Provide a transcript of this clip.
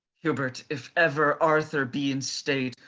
hubert, if ever arthur be in state,